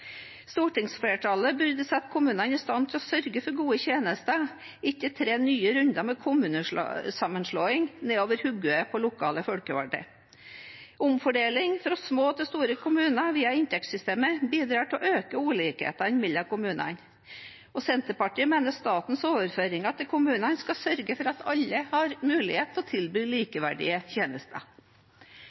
Stortingsflertallet burde sette kommunene i stand til å sørge for gode tjenester, ikke tre nye runder med kommunesammenslåing ned over hodet på lokale folkevalgte. Omfordeling fra små til store kommuner via inntektssystemet bidrar til å øke ulikhetene mellom kommunene. Senterpartiet mener statens overføringer til kommunene skal sørge for at alle har mulighet til å tilby likeverdige tjenester.